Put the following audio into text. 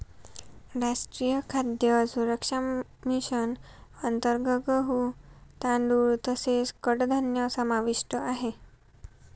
राष्ट्रीय खाद्य सुरक्षा मिशन अंतर्गत गहू, तांदूळ तसेच कडधान्य समाविष्ट आहे